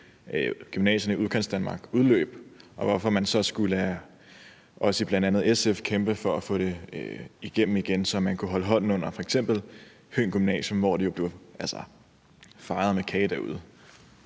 gymnasierne i Udkantsdanmark skulle udløbe, og hvorfor man så skulle lade bl.a. os i SF kæmpe for at få det igennem igen, så man kunne holde hånden under f.eks. Høng Gymnasium, hvor det jo blev fejret med kage.